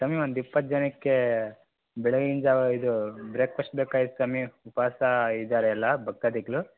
ಸ್ವಾಮಿ ಒಂದು ಇಪ್ಪತ್ತು ಜನಕ್ಕೆ ಬೆಳ್ಗಿನ ಜಾವ ಇದು ಬ್ರೇಕ್ಪಸ್ಟ್ ಬೇಕಾಗಿತ್ತು ಸ್ವಾಮಿ ಉಪ್ವಾಸ ಇದ್ದಾರೆಲ್ಲ ಭಕ್ತಾದಿಗಳು